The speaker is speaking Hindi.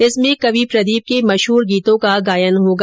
इसमें कवि प्रदीप के मशहूर गीतों का गायन होगा